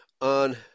on